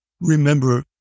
remember